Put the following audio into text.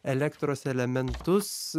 elektros elementus